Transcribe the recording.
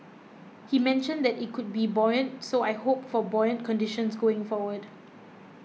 he mentioned that it could be buoyant so I hope for buoyant conditions going forward